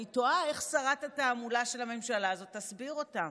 אני תוהה איך שרת התעמולה של הממשלה הזאת תסביר אותן.